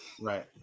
right